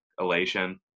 elation